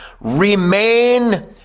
Remain